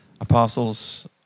apostles